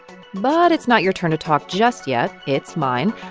but it's not your turn to talk just yet. it's mine,